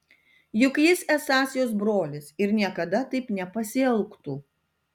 juk jis esąs jos brolis ir niekada taip nepasielgtų